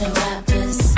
rappers